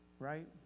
Right